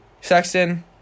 Sexton